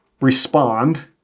respond